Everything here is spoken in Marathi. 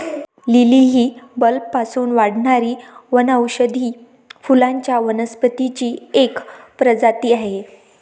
लिली ही बल्बपासून वाढणारी वनौषधी फुलांच्या वनस्पतींची एक प्रजाती आहे